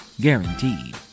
Guaranteed